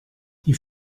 die